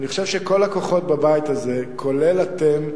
אני חושב שכל הכוחות בבית הזה, כולל אתם,